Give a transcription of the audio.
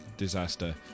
disaster